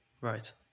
right